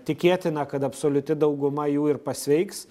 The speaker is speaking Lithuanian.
tikėtina kad absoliuti dauguma jų ir pasveiks